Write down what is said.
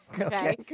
Okay